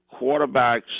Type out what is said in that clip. quarterbacks